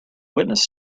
witness